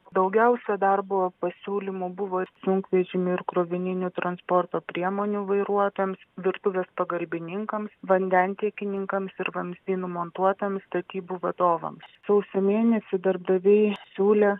daugiausia darbo pasiūlymų buvo sunkvežimių ir krovininių transporto priemonių vairuotojams virtuvės pagalbininkams vandentiekininkams ir vamzdynų montuotojams statybų vadovams sausio mėnesį darbdaviai siūlė